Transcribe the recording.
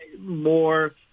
more